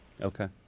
Okay